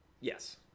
Yes